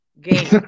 game